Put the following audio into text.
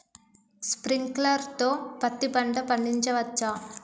Sprinkler తో పత్తి పంట పండించవచ్చా?